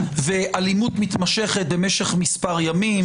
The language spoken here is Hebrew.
ואלימות מתמשכת במשך מספר ימים,